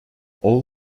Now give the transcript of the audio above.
all